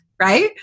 Right